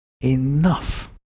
enough